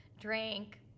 drank